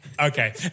Okay